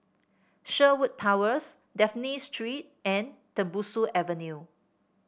Sherwood Towers Dafne Street and Tembusu Avenue